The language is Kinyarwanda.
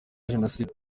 jenoside